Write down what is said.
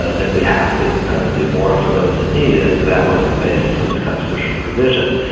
that we have to do more for those in need. and that was the basis of this constitutional provision,